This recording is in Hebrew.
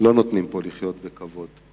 לא נותנים פה לחיות בכבוד,